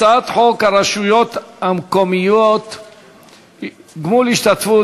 הצעת חוק הרשויות המקומיות (גמול השתתפות